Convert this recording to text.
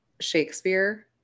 Shakespeare